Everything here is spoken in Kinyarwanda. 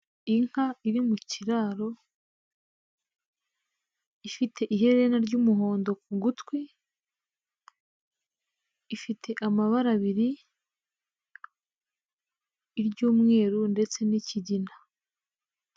Inka iri mu kiraro, ifite ihera ry'umuhondo ku gutwi, ifite amabara abiri, iry'umweru ndetse n'ikigina.